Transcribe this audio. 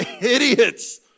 idiots